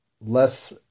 less